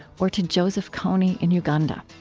or to joseph kony in uganda.